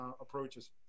approaches